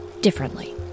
differently